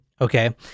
Okay